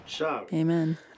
Amen